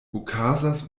okazas